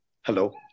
hello